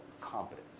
competence